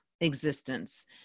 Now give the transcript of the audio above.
existence